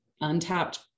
untapped